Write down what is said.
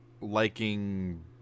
liking